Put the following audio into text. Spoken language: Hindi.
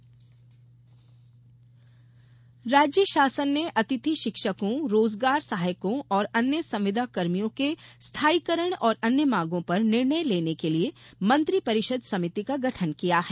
मंत्रि परिषद समिति राज्य शासन ने अतिथि शिक्षकों रोजगार सहायकों और अन्य संविदाकर्मियों के स्थायीकरण और अन्य मांगों पर निर्णय लेने के लिए मंत्रि परिषद समिति का गठन किया गया है